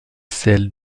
celle